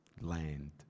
land